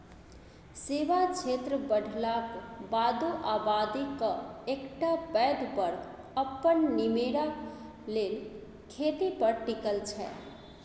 सेबा क्षेत्र बढ़लाक बादो आबादीक एकटा पैघ बर्ग अपन निमेरा लेल खेती पर टिकल छै